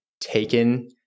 taken